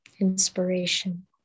inspiration